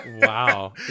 wow